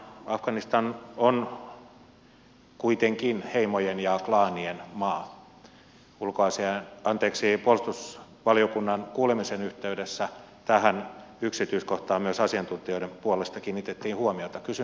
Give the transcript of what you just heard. afganistan on kuitenkin heimojen ja klaanien maa ja puolustusvaliokunnan kuulemisen yhteydessä tähän yksityiskohtaan myös asiantuntijoiden puolesta kiinnitettiin huomiota joten kysyn ulkoministeriltä